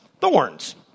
Thorns